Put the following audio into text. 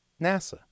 NASA